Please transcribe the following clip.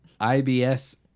ibs